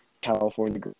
California